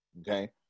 okay